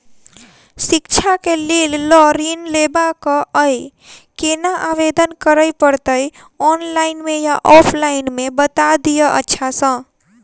शिक्षा केँ लेल लऽ ऋण लेबाक अई केना आवेदन करै पड़तै ऑनलाइन मे या ऑफलाइन मे बता दिय अच्छा सऽ?